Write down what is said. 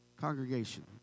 congregation